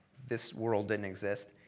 this world didn't exist.